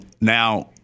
now